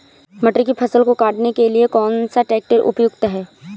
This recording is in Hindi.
मटर की फसल को काटने के लिए कौन सा ट्रैक्टर उपयुक्त है?